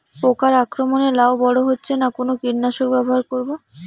পোকার আক্রমণ এ লাউ বড় হচ্ছে না কোন কীটনাশক ব্যবহার করব?